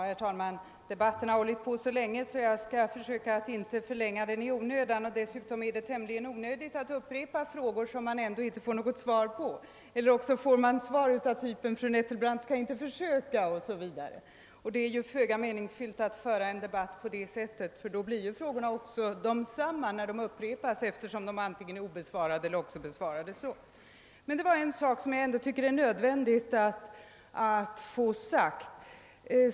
Herr talman! Debatten har pågått så länge att jag skall försöka låta bli att förlänga den i onödan. Dessutom är det onödigt att upprepa frågor som man ändå inte får något svar på eller på vilka man får ett svar av typen: Fru Nettelbrandt skall inte försöka o.s.v. Det är föga meningsfyllt att föra en debatt på det sättet. Frågorna upprepas givetvis eftersom de antingen lämnas obesvarade eller också besvaras på det sätt som nämnts. Det är emellertid en sak som jag anser det vara nödvändigt att framhålla.